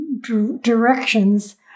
directions